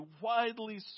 widely